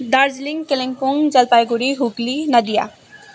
Darjeeling Kalimpong Jalpaiguri Hooghly Nadia